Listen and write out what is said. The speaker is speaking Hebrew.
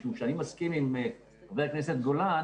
משום שאני מסכים עם חבר הכנסת גולן,